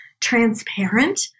transparent